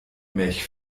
mich